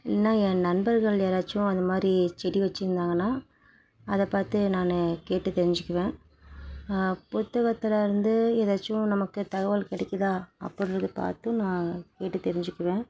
இல்லைனா என் நண்பர்கள் யாராச்சும் அந்த மாதிரி செடி வச்சிருந்தாங்கன்னா அதை பார்த்து நான் கேட்டு தெரிஞ்சிக்குவேன் புத்தகத்தில் இருந்து எதாச்சும் நமக்கு தகவல் கிடைக்கிதா அப்படின்றது பார்த்து நான் கேட்டு தெரிஞ்சிக்குவேன்